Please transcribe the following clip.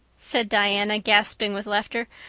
said diana, gasping with laughter.